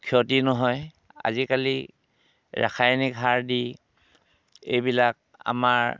ক্ষতি নহয় আজিকালি ৰাসায়নিক সাৰ দি এইবিলাক আমাৰ